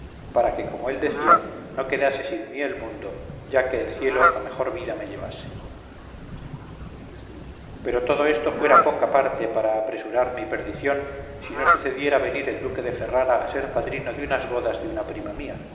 para que como él decía no quedase sin mí el mundo ya que el cielo a mejor vida me llevase pero todo esto fuera poca parte para apresurar mi perdición si no sucediera venir el duque de ferrara a ser padrino de unas bodas de una prima mía